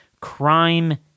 Crime